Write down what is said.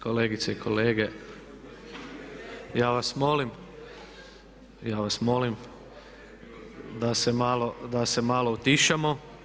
Kolegice i kolege, ja vas molim, ja vas molim da se malo utišamo.